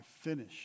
finish